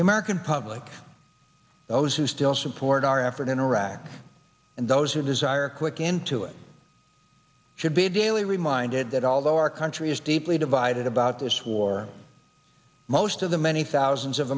the american public those who still support our effort in iraq and those who desire a quick into it should be daily reminded that although our country is deeply divided about this war most of the many thousands of